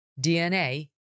DNA